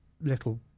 little